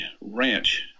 ranch